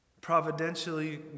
providentially